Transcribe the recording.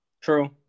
True